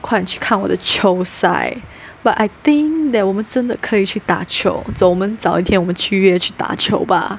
快点去看我的球赛 but I think that 我们真的可以去打球走我们找一天我们七月去打球吧